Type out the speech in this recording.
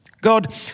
God